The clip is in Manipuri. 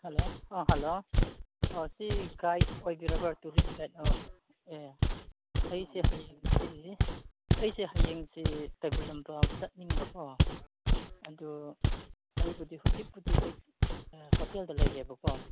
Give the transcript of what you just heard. ꯍꯜꯂꯣ ꯑꯥ ꯍꯜꯂꯣ ꯁꯤ ꯒꯥꯏꯠ ꯑꯣꯏꯕꯤꯔꯕ ꯇꯨꯔꯤꯁ ꯒꯥꯏꯠ ꯑꯦ ꯑꯩꯁꯦ ꯍꯌꯦꯡꯁꯤ ꯑꯩꯁꯦ ꯍꯌꯦꯡꯁꯤ ꯀꯩꯕꯨꯜ ꯂꯝꯖꯥꯎ ꯆꯠꯅꯤꯡꯕ ꯀꯣ ꯑꯗꯨ ꯑꯩꯕꯨꯗꯤ ꯍꯧꯖꯤꯛꯄꯨꯗꯤ ꯑꯩ ꯍꯣꯇꯦꯜꯗ ꯂꯩꯔꯦꯕꯀꯣ